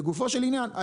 לגופו של עניין,